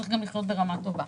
צריך גם לחיות ברמה טובה.